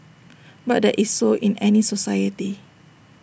but that is so in any society